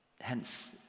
Hence